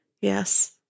Yes